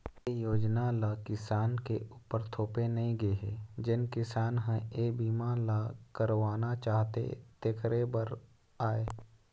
ए योजना ल किसान के उपर थोपे नइ गे हे जेन किसान ह ए बीमा ल करवाना चाहथे तेखरे बर आय